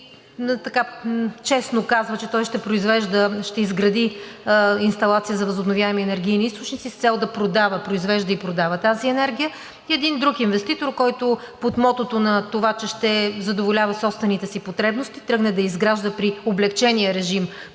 честно казва, че той ще изгради инсталация за възобновяеми енергийни източници с цел да произвежда и продава тази енергия. Един друг инвеститор, който под мотото на това, че ще задоволява собствените си потребности, тръгне да изгражда при облекчения режим